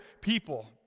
people